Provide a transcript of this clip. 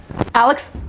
alex?